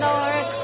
Lord